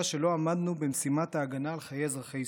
שלא עמדנו במשימת ההגנה על חיי אזרחי ישראל.